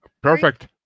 Perfect